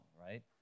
right